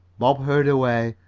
bob hurried away,